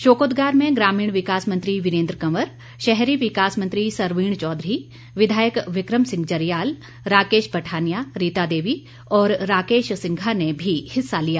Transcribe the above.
शोकोदगार में ग्रामीण विकास मंत्री वीरेन्द्र कंवर शहरी विकास मंत्री सरवीण चौधरी विधायक विक्रम सिंह जरयाल राकेश पठानिया रीता देवी और राकेश सिंघा ने भी हिस्सा लिया